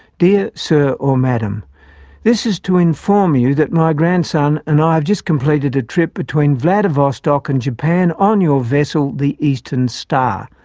dear sir or madam this is to inform you that my grandson and i have just completed a trip between vladivostok and japan on your vessel, the eastern star.